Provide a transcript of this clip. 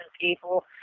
people